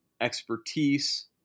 expertise